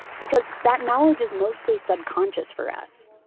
because that knowledge is mostly subconscious for us.